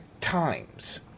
times